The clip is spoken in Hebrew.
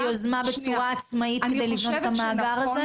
היוזמה בצורה עצמאית כדי לבנות את המאגר הזה?